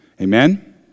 Amen